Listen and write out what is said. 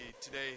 today